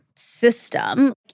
system